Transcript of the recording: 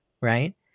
right